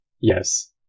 Yes